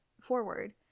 forward